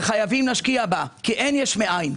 וחייבים להשקיע בה כי אין יש מאין.